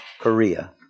Korea